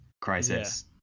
crisis